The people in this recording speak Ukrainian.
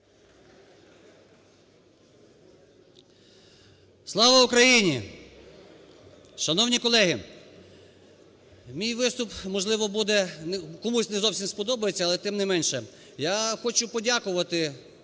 Слава Україні! Шановні колеги! Мій виступ, можливо, буде комусь не зовсім сподобається, але тим не менше. Я хочу подякувати,